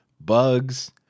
bugs